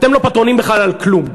אתם לא פטרונים בכלל על כלום,